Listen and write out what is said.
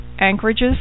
anchorages